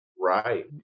Right